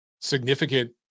significant